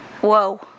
whoa